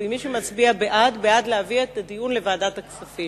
את הדיון לוועדת הכספים.